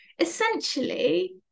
essentially